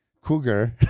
cougar